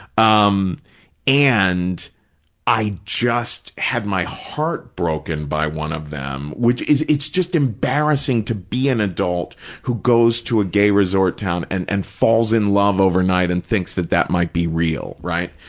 um and i just had my heart broken by one of them, which it's just embarrassing to be an adult who goes to a gay resort town and and falls in love overnight and thinks that that might be real, right.